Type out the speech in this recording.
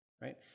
right